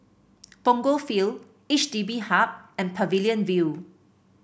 Punggol Field H D B Hub and Pavilion View